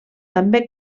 també